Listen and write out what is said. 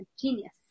Genius